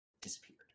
disappeared